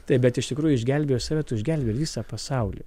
taip bet iš tikrųjų išgelbėjus save tu išgelbėji ir visą pasaulį